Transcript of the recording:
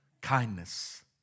Kindness